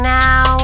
now